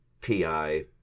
PI